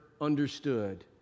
understood